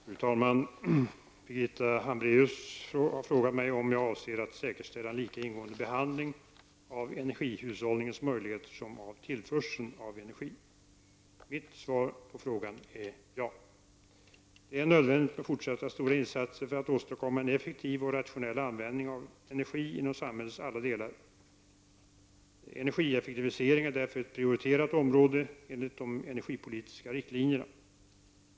Fru talman! Birgitta Hambraeus har frågat mig om jag avser att säkerställa en lika ingående behandling av energihushållningens möjligheter som av tillförseln av energi. Mitt svar på frågan är ja. Det är nödvändigt med fortsatta stora insatser för att åstadkomma en effektiv och rationell användning av energi inom samhällets alla delar. Energieffektivisering är därför ett prioriterat område enligt de energipolitiska riktlinjerna.